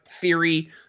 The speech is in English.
theory